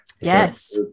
yes